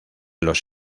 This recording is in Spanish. los